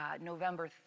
November